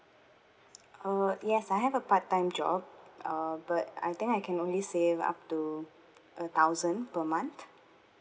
uh yes I have a part time job uh but I think I can only saving up to a thousand per month